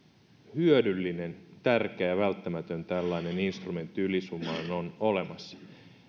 hyödyllinen tärkeä ja välttämätön tällainen instrumentti ylisummaan on olemassa